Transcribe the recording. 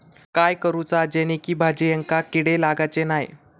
काय करूचा जेणेकी भाजायेंका किडे लागाचे नाय?